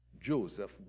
Joseph